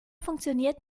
funktioniert